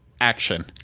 action